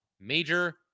major